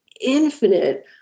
infinite